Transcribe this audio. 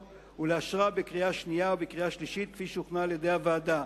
ולאשרה בקריאה שנייה ובקריאה שלישית כפי שהוכנה על-ידי הוועדה.